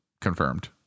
confirmed